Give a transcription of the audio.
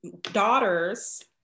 daughters